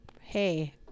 Hey